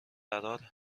قرار